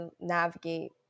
navigate